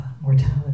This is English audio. mortality